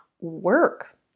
work